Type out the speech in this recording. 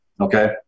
Okay